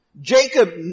Jacob